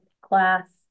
class